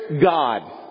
God